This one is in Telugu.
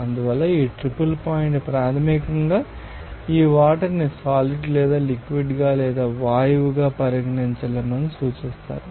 అందువల్ల ఈ ట్రిపుల్ పాయింట్ ప్రాథమికంగా ఈ వాటర్ని సాలిడ్ లేదా లిక్విడ్ లేదా వాయువుగా పరిగణించలేమని సూచిస్తారు